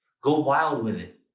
go wild with it.